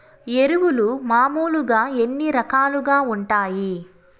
ఎరువులు మామూలుగా ఎన్ని రకాలుగా వుంటాయి?